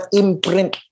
imprint